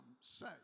say